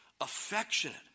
affectionate